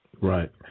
Right